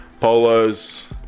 polos